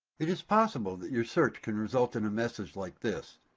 it is possible that your search can result in a message like this.